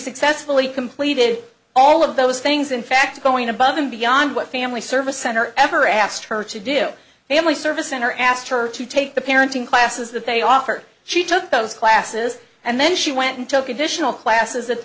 successfully completed all of those things in fact going above and beyond what family service center ever asked her to do family service center asked her to take the parenting classes that they offered she took those classes and then she went and took additional classes at the